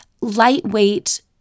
lightweight